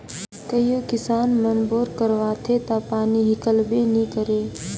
कइयो किसान मन बोर करवाथे ता पानी हिकलबे नी करे